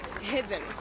hidden